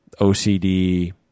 OCD